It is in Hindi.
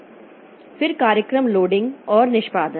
s फिर कार्यक्रम लोडिंग और निष्पादन